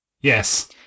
Yes